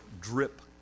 drip